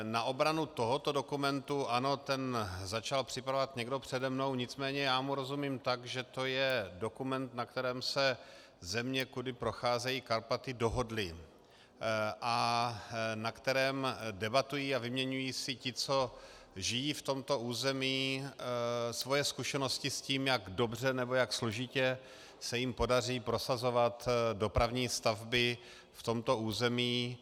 Na obranu tohoto dokumentu ano, ten začal připravovat někdo přede mnou, nicméně já mu rozumím tak, že to je dokument, na kterém se země, kudy procházejí Karpaty, dohodly a o kterém debatují, a vyměňují si ti, co žijí v tomto území, svoje zkušenosti s tím, jak dobře nebo jak složitě se jim podaří prosazovat dopravní stavby v tomto území.